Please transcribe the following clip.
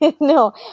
No